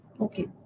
Okay